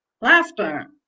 Laughter